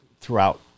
throughout